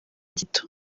gito